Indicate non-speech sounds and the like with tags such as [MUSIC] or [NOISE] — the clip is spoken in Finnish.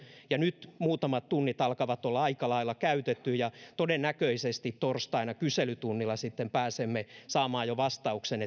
ja nyt muutamat tunnit alkavat olla aika lailla käytetty ja todennäköisesti torstaina kyselytunnilla sitten pääsemme jo saamaan vastauksen [UNINTELLIGIBLE]